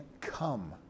come